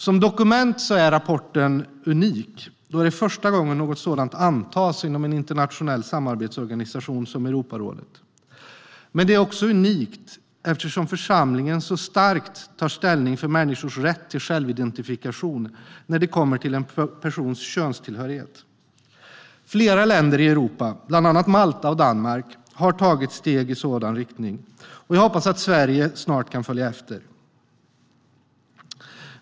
Som dokument är rapporten unik då det är första gången något sådant antas inom en internationell samarbetsorganisation som Europarådet. Den är också unik eftersom församlingen så starkt tar ställning för människors rätt till självidentifikation när det kommer till en persons könstillhörighet. Flera länder i Europa, bland andra Malta och Danmark, har tagit steg i sådan riktning. Jag hoppas att Sverige snart kan följa efter.